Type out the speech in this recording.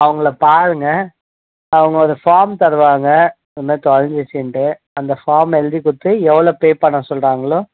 அவங்ள பாருங்கள் அவங்க ஒரு ஃபார்ம் தருவாங்க இதுமாதிரி தொலஞ்சிச்சின்னுட்டு அந்த ஃபார்ம் எழுதி கொடுத்துட்டு எவ்வளோ பே பண்ண சொல்கிறாங்ளோ